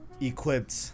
equipped